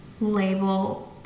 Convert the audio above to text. label